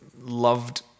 loved